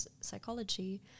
psychology